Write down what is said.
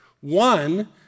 One